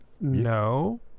no